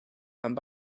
and